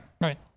Right